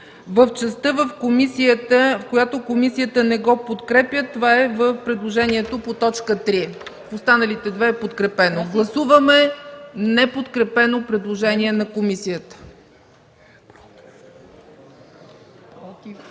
в частта, в която комисията не го подкрепя – това е в предложението по т. 3, в останалите две е подкрепено. Гласуваме неподкрепено предложение на комисията.